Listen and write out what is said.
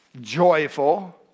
joyful